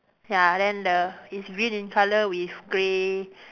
ya then the it's green in colour with grey